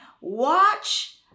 Watch